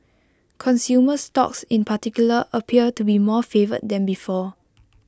consumer stocks in particular appear to be more favoured than before